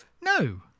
No